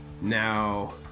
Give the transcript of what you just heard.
Now